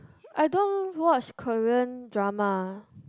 I don't watch Korean drama